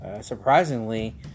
surprisingly